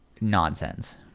nonsense